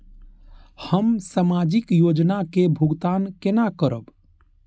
हम सामाजिक योजना के भुगतान केना करब?